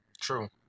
True